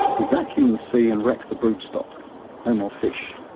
we vacuum the sea and wreck the brood stock no more fish.